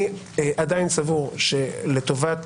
אני עדיין סבור שלטובת